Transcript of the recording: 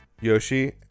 Yoshi